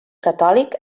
catòlic